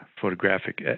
photographic